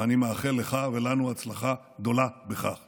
ואני מאחל לך ולנו הצלחה גדולה בכך.